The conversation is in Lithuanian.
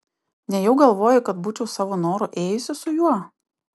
nejau galvoji kad būčiau savo noru ėjusi su juo